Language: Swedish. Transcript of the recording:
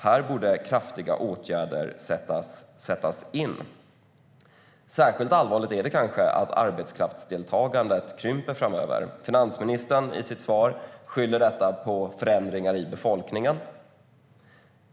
Här borde kraftiga åtgärder sättas in. Särskilt allvarligt är det kanske att arbetskraftsdeltagandet krymper framöver. I sitt svar skyller finansministern detta på förändringar i befolkningen.